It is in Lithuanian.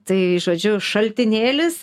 tai žodžiu šaltinėlis